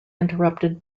interrupted